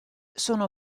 sono